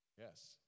Yes